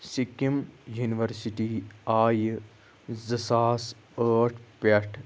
Sikkim university آیہِ زٕ ساس ٲٹھ پٮ۪ٹھ